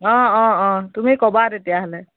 অঁ অঁ অঁ তুমি ক'বা তেতিয়াহ'লে